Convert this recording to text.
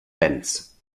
bands